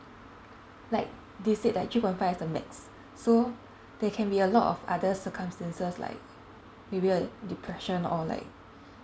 like they said that three point five is the max so there can be a lot of other circumstances like maybe a depression or like